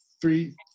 three